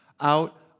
out